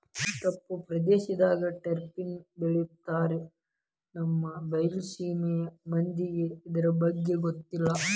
ತಪ್ಪು ಪ್ರದೇಶದಾಗ ಟರ್ನಿಪ್ ಬೆಳಿತಾರ ನಮ್ಮ ಬೈಲಸೇಮಿ ಮಂದಿಗೆ ಇರ್ದಬಗ್ಗೆ ಗೊತ್ತಿಲ್ಲ